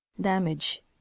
Damage